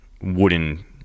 wooden